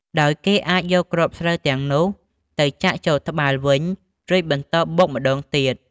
ដោយគេអាចយកគ្រាប់ស្រូវទាំងនោះទៅចាក់ចូលត្បាល់វិញ រួចបន្តបុកម្តងទៀត។